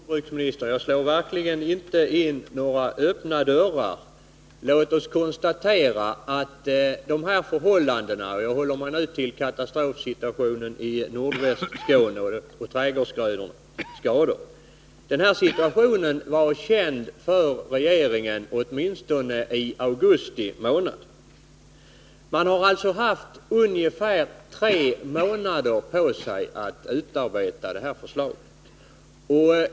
Herr talman! Nej, jordbruksministern, jag slår verkligen inte in några öppna dörrar. Låt oss konstatera att de här förhållandena — och jag håller mig nu till katastrofsituationen i Nordvästskåne vad gäller skador på trädgårdsgrödor -— var kända för regeringen åtminstone i augusti månad. Man har alltså haft ungefär tre månader på sig att utarbeta detta förslag.